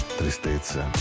tristezza